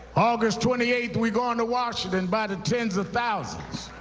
august twenty eighth, we're going to washington by the tens of thousands,